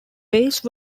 base